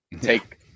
take